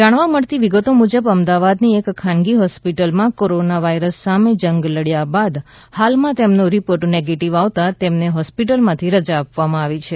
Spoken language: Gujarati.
જાણવા મળતી વિગતો મુજબ અમદાવાદની એક ખાનગી હોસ્પિટલમાં કોરોના વાયરસ સામે જંગ લડ્યા બાદ હાલમાં તેમનો રિપોર્ટ નેગેટિવ આવતા તેમને હોસ્પિટલમાંથી રજા આપવામાં આવી છે